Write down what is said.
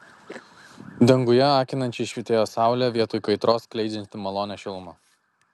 danguje akinančiai švytėjo saulė vietoj kaitros skleidžianti malonią šilumą